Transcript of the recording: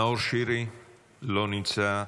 נאור שירי, לא נמצא.